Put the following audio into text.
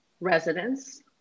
residents